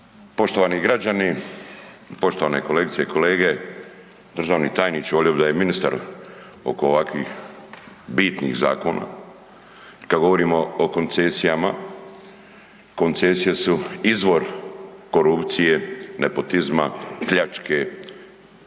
Poštovani građani, poštovane kolegice i kolege, državni tajniče. Volio bih da je ministar oko ovako bitnih zakona. Kada govorimo o koncesijama, koncesije su izvor korupcije, nepotizma, pljačke